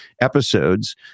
episodes